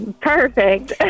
Perfect